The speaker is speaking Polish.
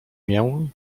mię